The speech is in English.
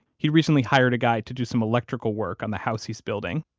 he recently hired a guy to do some electrical work on the house he's building,